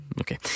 Okay